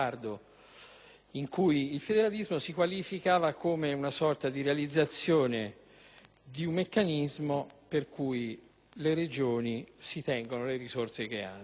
al quale il federalismo si qualificava come una sorta di realizzazione di un meccanismo per cui le Regioni si tengono le proprie risorse,